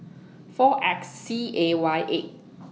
four X C A Y eight